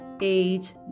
age